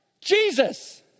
Jesus